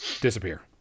disappear